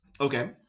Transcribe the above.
Okay